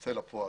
תצא לפועל.